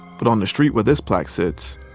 but on the street where this plaque sits,